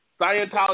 Scientology